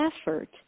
effort